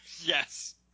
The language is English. Yes